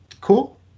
cool